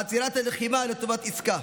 יש המאמינים בעצירת הלחימה לטובת עסקה,